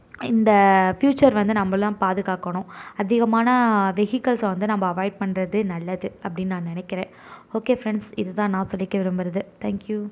இந்த ஃப்யூச்சர் வந்து நம்பெல்லாம் பாதுக்காக்கணும் அதிகமான வெஹிக்கல்ஸை வந்து நம்ப அவாய்ட் பண்றது நல்லது அப்படின்னு நான் நினைக்கிறேன் ஓகே ஃப்ரெண்ட்ஸ் இது தான் நான் சொல்லிக்க விரும்புகிறது தேங்க் யூ